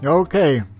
Okay